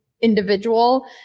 individual